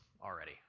already